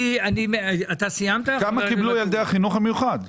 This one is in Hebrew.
כמה קיבלו גני ילדי החינוך המיוחד?